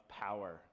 power